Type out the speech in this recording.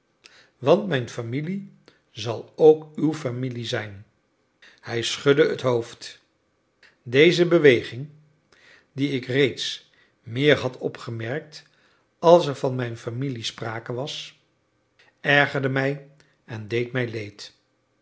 want mijn familie zal ook uw familie zijn hij schudde het hoofd deze beweging die ik reeds meer had opgemerkt als er van mijn familie sprake was ergerde mij en deed mij leed